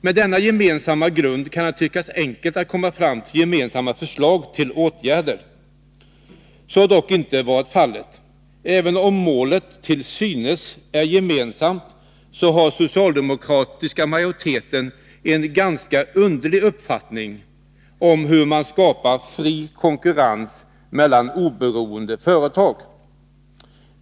Med denna gemensamma grund kan det tyckas enkelt att komma fram till gemensamma förslag till åtgärder. Så har dock inte varit fallet. Även om målet till synes är gemensamt, har den socialdemokratiska majoriteten en ganska underlig uppfattning om hur man skapar fri konkurrens mellan oberoende företag.